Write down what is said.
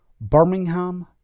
Birmingham